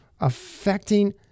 affecting